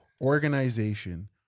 organization